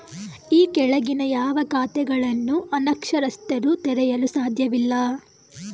ಈ ಕೆಳಗಿನ ಯಾವ ಖಾತೆಗಳನ್ನು ಅನಕ್ಷರಸ್ಥರು ತೆರೆಯಲು ಸಾಧ್ಯವಿಲ್ಲ?